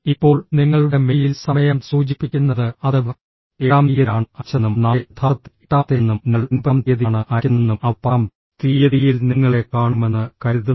ഇപ്പോൾ നിങ്ങളുടെ മെയിൽ സമയം സൂചിപ്പിക്കുന്നത് അത് ഏഴാം തീയതിയാണ് അയച്ചതെന്നും നാളെ യഥാർത്ഥത്തിൽ എട്ടാമത്തേതെന്നും നിങ്ങൾ ഒൻപതാം തീയതിയാണ് അയയ്ക്കുന്നതെന്നും അവർ പത്താം തീയതിയിൽ നിങ്ങളെ കാണുമെന്ന് കരുതുന്നു